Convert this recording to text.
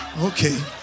Okay